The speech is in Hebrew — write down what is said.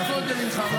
העדפות סקטוריאליות,